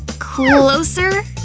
closer?